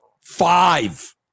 five